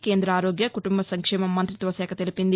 కేంద ఆరోగ్య కుటుంబ సంక్షేమ మంతిత్వశాఖ తెలిపింది